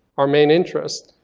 our main interest.